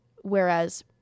whereas